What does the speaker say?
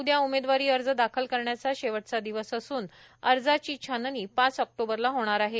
उद्या उमेदवारी अर्ज दाखल करण्याचा शेवटचा दिवस असून अर्जाची छाननी पाच ऑक्टोबरला होणार आहे